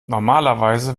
normalerweise